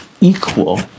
equal